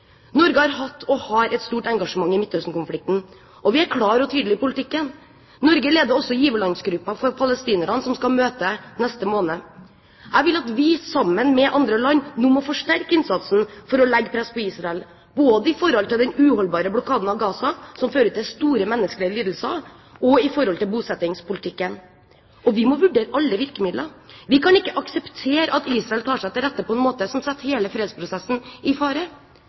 Norge har hatt, og har, et stort engasjement i Midtøsten-konflikten, og vi er klare og tydelige i politikken. Norge leder også giverlandsgruppen for palestinerne, som skal møtes neste måned. Jeg vil at vi, sammen med andre land, nå forsterker innsatsen for å legge press på Israel, både når det gjelder den uholdbare blokaden av Gaza, som fører til store menneskelige lidelser, og når det gjelder bosettingspolitikken. Og vi må vurdere alle virkemidler. Vi kan ikke akseptere at Israel tar seg til rette på en måte som setter hele fredsprosessen i fare.